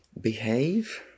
behave